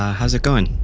how's it going?